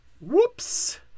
Whoops